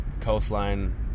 coastline